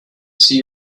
see